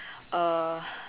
uh